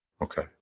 Okay